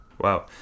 wow